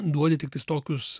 duodi tiktais tokius